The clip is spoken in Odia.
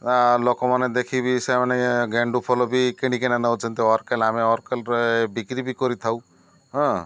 ଲୋକମାନେ ଦେଖି ବି ସେମାନେ ଗେଣ୍ଡୁ ଫଲ ବି କିଣିକିନା ନଉଛନ୍ତି ଅର୍କେଲ ଆମେ ଅର୍କେଲରେ ବିକ୍ରି ବି କରିଥାଉ ହଁ